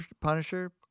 Punisher